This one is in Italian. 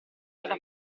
della